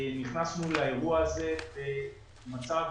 נכנסנו לאירוע הזה במצב